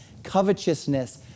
covetousness